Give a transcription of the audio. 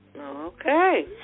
Okay